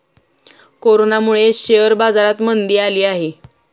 कोरोनामुळे शेअर बाजारात मंदी आली आहे